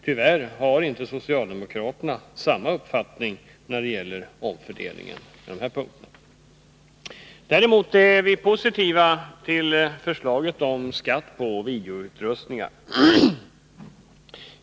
Tyvärr har inte socialdemokraterna samma uppfattning när det gäller omfördelningen i samhället på dessa punkter. Däremot är vi positiva till förslaget om skatt på videoutrustningar.